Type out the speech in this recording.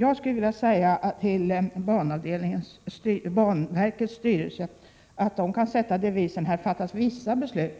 Jag skulle vilja säga till banverkets styrelse att den ovanför sin dörr kunde sätta: ”Här fattas vissa beslut.”